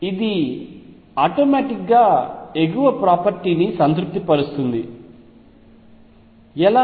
ఇది ఆటోమాటిక్ గా ఎగువ ప్రాపర్టీ ని సంతృప్తిపరుస్తుంది ఎలా